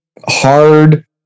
hard